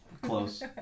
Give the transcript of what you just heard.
Close